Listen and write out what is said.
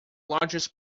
largest